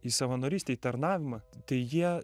į savanorystę į tarnavimą tai jie